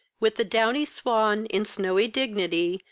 with the downy swan, in snowy dignity,